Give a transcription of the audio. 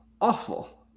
Awful